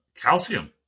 Calcium